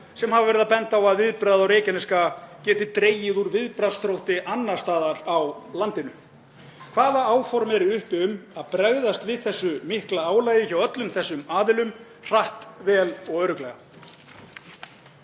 sem hafa verið að benda á að viðbragð á Reykjanesskaga geti dregið úr viðbragðsþrótti annars staðar á landinu? Hvaða áform eru uppi um að bregðast við þessu mikla álagi hjá öllum þessum aðilum hratt, vel og örugglega?